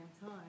time